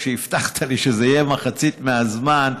כשהבטחת שזה יהיה מחצית מהזמן,